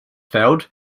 found